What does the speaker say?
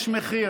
יש מחיר.